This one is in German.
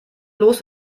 los